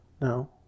No